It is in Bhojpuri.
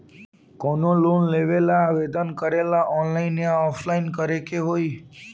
कवनो लोन लेवेंला आवेदन करेला आनलाइन या ऑफलाइन करे के होई?